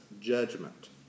judgment